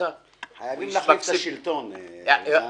חייבים להחליף את השלטון, אוזנה.